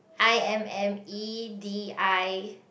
I M M E D I